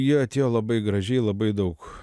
jie atėjo labai gražiai labai daug